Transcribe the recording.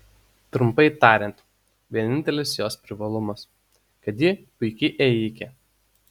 trumpai tariant vienintelis jos privalumas kad ji puiki ėjikė